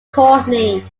courtney